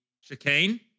chicane